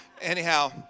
anyhow